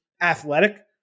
athletic